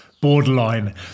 Borderline